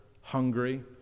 hungry